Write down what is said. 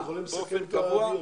אנחנו יכולים לסכם את הדיון.